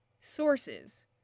sources